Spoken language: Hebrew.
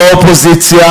לא האופוזיציה